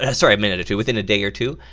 ah sorry a minute or two, within a day or two,